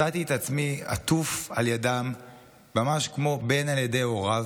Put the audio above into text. מצאתי את עצמי עטוף על ידם ממש כמו בן על ידי הוריו,